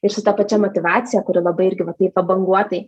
ir su ta pačia motyvacija kuri labai irgi va taip va banguotai